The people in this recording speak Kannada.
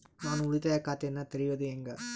ನಾನು ಉಳಿತಾಯ ಖಾತೆಯನ್ನ ತೆರೆಯೋದು ಹೆಂಗ?